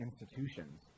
institutions